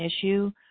issue